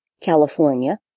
California